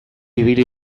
ibili